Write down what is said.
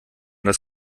das